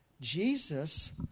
Jesus